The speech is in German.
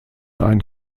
ein